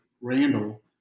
Randall